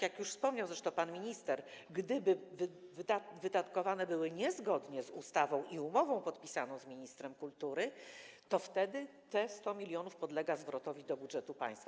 Jak już wspomniał zresztą pan minister, gdyby wydatkowanie było niezgodne z ustawą i umową podpisaną z ministrem kultury, to wtedy 100 mln podlega zwrotowi do budżetu państwa.